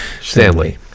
stanley